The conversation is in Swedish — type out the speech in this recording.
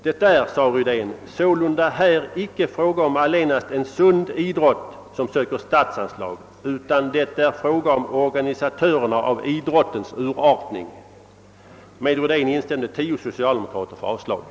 Det är sålunda här icke fråga om allenast en sund idrott, som söker statsanslag, utan det är fråga om organisatörerna av idrottens urartning.» Med Rydén instämde tio socialdemokrater för avslag.